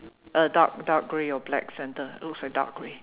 uh dark dark grey or black center looks like dark grey